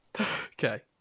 Okay